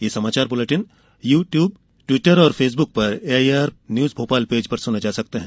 ये समाचार bulletin YouTube Twitter और फेसबुक पर एआईआर न्यूज भोपाल पेज पर सुने जा सकते हैं